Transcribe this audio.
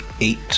eight